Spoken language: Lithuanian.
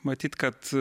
matyt kad